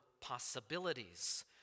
possibilities